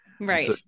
Right